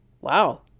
wow